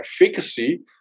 efficacy